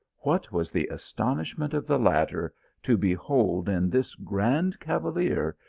what, was the astonishment of the latter to behold in this grand cavalier,